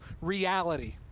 reality